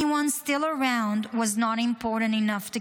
Anyone still around was not important enough to